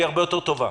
היא הרבה יותר טובה.